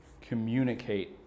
communicate